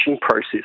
process